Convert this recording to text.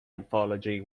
anthology